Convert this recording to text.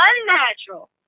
unnatural